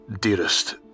Dearest